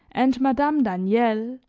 and madame daniel,